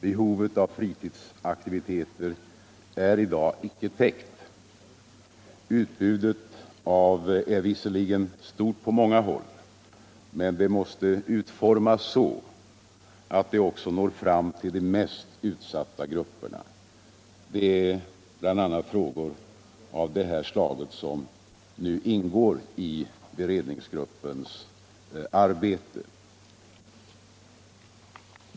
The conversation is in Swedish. Behovet av fritidsaktiviteter är i dag icke täckt. Utbudet är visserligen stort på många håll, men det måste utformas så att det också når fram till de mest utsatta grupperna. Det är bl.a. frågor av det här slaget som nu ingår i beredningsgruppens arbete.